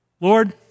Lord